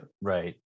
Right